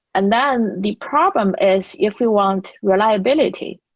and then the problem is if we want reliability,